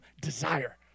desire